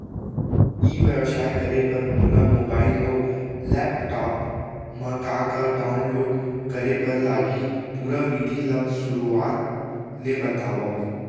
ई व्यवसाय करे बर मोला मोबाइल अऊ लैपटॉप मा का का डाऊनलोड करे बर लागही, पुरा विधि ला शुरुआत ले बतावव?